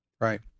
Right